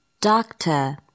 Doctor